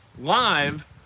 live